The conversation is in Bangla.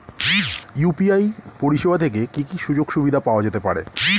ইউ.পি.আই পরিষেবা থেকে কি কি সুযোগ সুবিধা পাওয়া যেতে পারে?